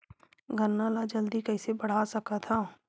गन्ना ल जल्दी कइसे बढ़ा सकत हव?